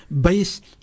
based